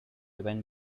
went